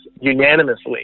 unanimously